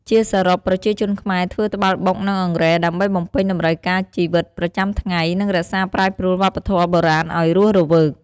ជាសរុប ប្រជាជនខ្មែរធ្វើត្បាល់បុក និងអង្រែដើម្បីបំពេញតម្រូវការជីវិតប្រចាំថ្ងៃ និងរក្សាប្រែប្រួលវប្បធម៌បុរាណឲ្យរស់រវើក។